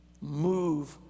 move